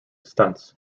stunts